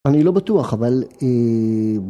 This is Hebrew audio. אני לא בטוח אבל.